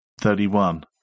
thirty-one